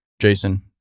Jason